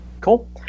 Cool